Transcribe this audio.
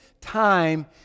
time